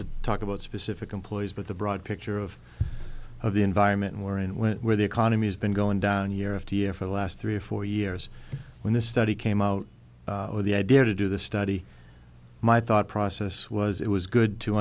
to talk about specific employees but the broad picture of of the environment and where it went where the economy's been going down year after year for the last three or four years when this study came out with the idea to do the study my thought process was it was good to